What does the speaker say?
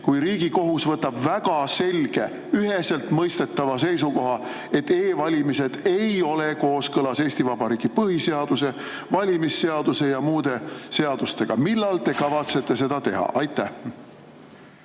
kui Riigikohus võtab väga selge, üheselt mõistetava seisukoha, et e-valimised ei ole kooskõlas Eesti Vabariigi põhiseaduse, valimisseaduse ja muude seadustega. Millal te kavatsete seda teha? Aitäh,